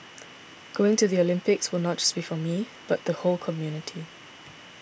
going to the Olympics will not just be for me but the whole community